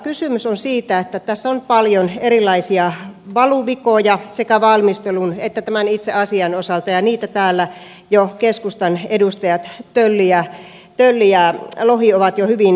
kysymys on siitä että tässä on paljon erilaisia valuvikoja sekä valmistelun että tämän itse asian osalta ja niitä täällä jo keskustan edustajat tölli ja lohi ovat hyvin selvittäneet